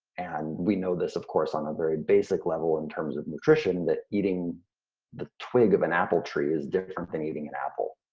and we know this, of course, on a very basic level in terms of nutrition, that eating the twig of an apple tree is different from eating an apple.